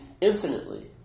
infinitely